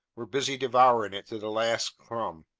were busy devouring it to the last crumb.